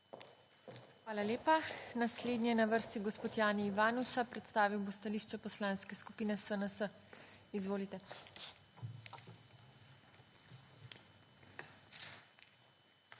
Hvala lepa. Naslednji je na vrsti gospod Jani Ivanuša. Predstavil bo stališče Poslanske skupine SNS. Izvolite.